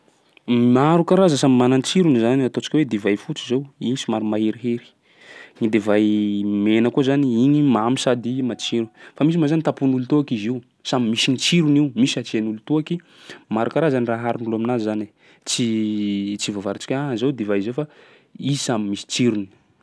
Maro karaza, samby mana ny tsirony zany ataontsika hoe divay fotsy zao: igny somary maherihery; ny divay mena koa zany igny mamy sady matsiro fa misy moa zany tampohin'olo toaky izy io, samby misy ny tsirony io: misy asian'olo toaky, maro karazany raha aharon'olo aminazy zany e. Tsy tsy voafaritsiko ah zao divay zao fa izy samby misy tsirony.